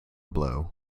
blow